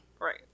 Right